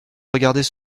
regardait